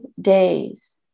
days